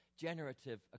generative